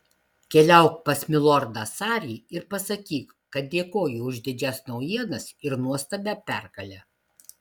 keliauk pas milordą sarį ir pasakyk kad dėkoju už didžias naujienas ir nuostabią pergalę